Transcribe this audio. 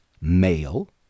male